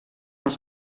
dels